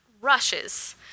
rushes